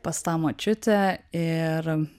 pas tą močiutę ir